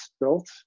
built